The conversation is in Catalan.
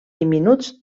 diminuts